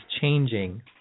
changing